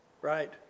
right